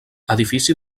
edifici